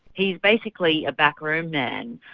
he's basically a back room man.